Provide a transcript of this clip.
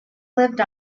lived